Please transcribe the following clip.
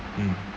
mm